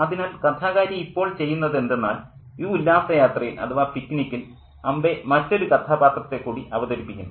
അതിനാൽ കഥാകാരി ഇപ്പോൾ ചെയ്യുന്നത് എന്തെന്നാൽ ഈ ഉല്ലാസ യാത്രയിൽ അഥവാ പിക്നിക്കിൽ അംബൈ മറ്റൊരു കഥാപാത്രത്തെ കൂടി അവതരിപ്പിക്കുന്നു